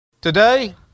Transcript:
Today